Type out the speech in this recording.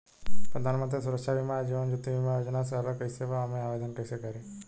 प्रधानमंत्री सुरक्षा बीमा आ जीवन ज्योति बीमा योजना से अलग कईसे बा ओमे आवदेन कईसे करी?